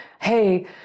hey